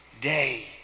day